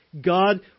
God